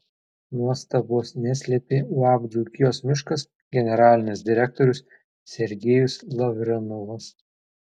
nuostabos neslėpė uab dzūkijos miškas generalinis direktorius sergejus lavrenovas